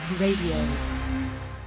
radio